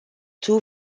two